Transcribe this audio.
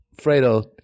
Fredo